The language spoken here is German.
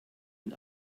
mit